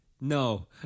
no